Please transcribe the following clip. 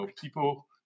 people